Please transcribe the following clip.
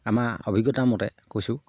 আমাৰ অভিজ্ঞতা মতে কৈছোঁ